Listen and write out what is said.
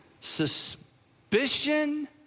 suspicion